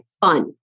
fun